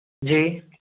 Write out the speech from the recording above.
जी